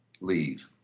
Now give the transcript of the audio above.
leave